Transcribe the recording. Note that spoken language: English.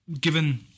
given